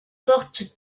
portent